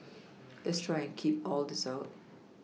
let's try and keep all this out